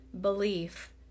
Belief